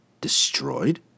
Destroyed